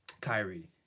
Kyrie